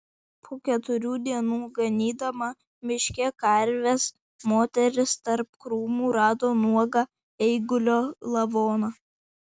po keturių dienų ganydama miške karves moteris tarp krūmų rado nuogą eigulio lavoną